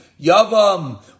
yavam